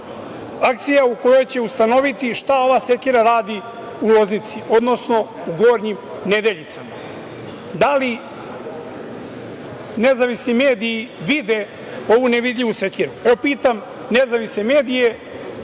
akcija koja će ustanoviti šta ova sekira radi u Loznici, odnosno u Gornjim Nedeljicama? Da li nezavisni mediji vide ovu nevidljivu sekiru? Evo, pitam nezavisne medije,